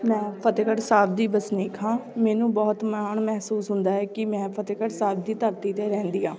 ਮੈਂ ਫਤਿਹਗੜ੍ਹ ਸਾਹਿਬ ਦੀ ਵਸਨੀਕ ਹਾਂ ਮੈਨੂੰ ਬਹੁਤ ਮਾਣ ਮਹਿਸੂਸ ਹੁੰਦਾ ਹੈ ਕਿ ਮੈਂ ਫਤਿਹਗੜ੍ਹ ਸਾਹਿਬ ਦੀ ਧਰਤੀ 'ਤੇ ਰਹਿੰਦੀ ਹਾਂ